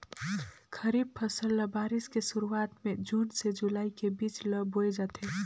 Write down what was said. खरीफ फसल ल बारिश के शुरुआत में जून से जुलाई के बीच ल बोए जाथे